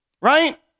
Right